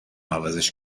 عوضش